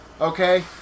Okay